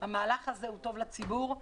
המהלך הזה טוב לציבור,